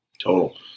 Total